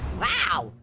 wow,